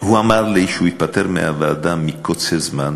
הוא אמר לי שהוא התפטר מהוועדה מקוצר זמן,